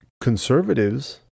Conservatives